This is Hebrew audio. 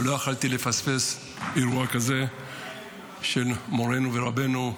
אבל לא יכולתי לפספס אירוע כזה של מורנו ורבנו,